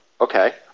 okay